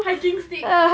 hiking stick